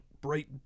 bright